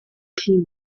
key